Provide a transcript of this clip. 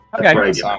okay